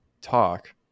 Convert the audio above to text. talk